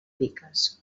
piques